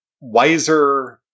wiser